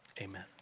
Amen